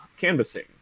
canvassing